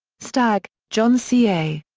stagg, john c. a.